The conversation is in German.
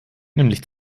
nämlich